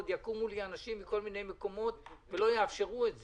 עוד יקומו לי אנשים מכל מיני מקומות ולא יאפשרו את זה.